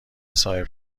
صاحب